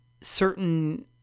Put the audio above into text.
certain